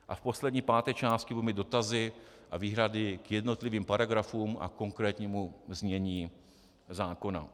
V poslední, páté části budu mít dotazy a výhrady k jednotlivým paragrafům a konkrétnímu znění zákona.